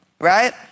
right